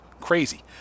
crazy